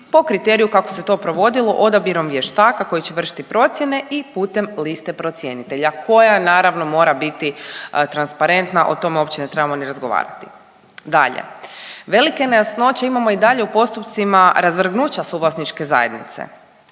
po kriteriju kako se to provodilo, odabirom vještaka koji će vršiti procjene i putem liste procjenitelja koja naravno mora biti transparentna, o tome uopće ne trebamo ni razgovarati. Dalje, velike nejasnoće imamo i dalje u postupcima razvrgnuća suvlasničke zajednice.